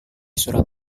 surat